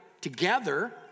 Together